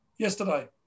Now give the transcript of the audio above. Yesterday